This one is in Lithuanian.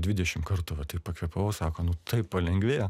dvidešim kartų va pakvėpavau sako nu taip palengvėjo